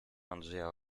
andrzeja